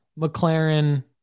McLaren